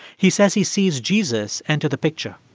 he says he sees jesus enter the picture